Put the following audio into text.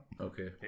okay